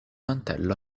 mantello